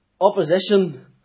opposition